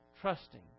trusting